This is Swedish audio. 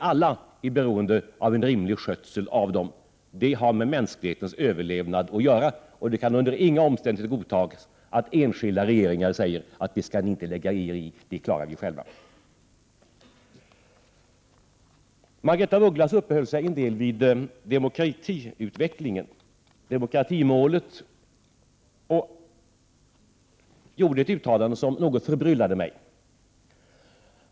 Alla är vi beroende av en rimlig skötsel av dem. Det har med mänsklighetens överlevnad att göra, och det kan under inga omständigheter godtagas att enskilda regeringar säger: Detta skall ni inte lägga er i, det klarar vi själva. Margaretha af Ugglas uppehöll sig en del vid demokratiutvecklingen och demokratimålet. Hon gjorde ett uttalande som något förbryllade mig.